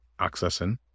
accessing